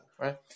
right